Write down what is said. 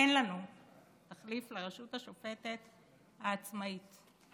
אין לנו תחליף, לרשות השופטת העצמאית,